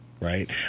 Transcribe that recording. right